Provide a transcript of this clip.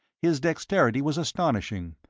his dexterity was astonishing,